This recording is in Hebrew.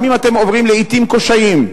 גם אם אתם עוברים לעתים קשיים,